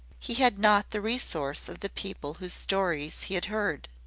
he had not the resource of the people whose stories he had heard.